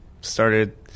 started